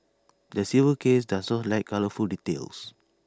the civil case does not lack colourful details